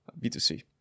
B2C